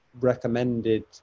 recommended